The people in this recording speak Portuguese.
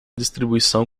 distribuição